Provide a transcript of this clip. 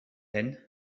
hŷn